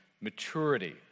maturity